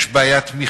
יש בעיית מכרזים.